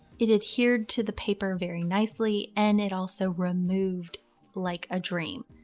it adhered to the paper very nicely and it also removed like a dream.